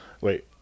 wait